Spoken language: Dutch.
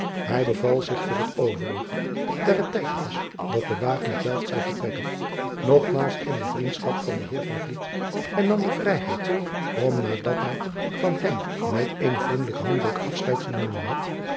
ij beval zich voor het overige daar het tijd was dat de wagen op elft zou vertrekken nogmaals in de vriendschap van den eer en nam de vrijheid om nadat hij van hem met eenen vriendelijken handdruk afscheid genomen had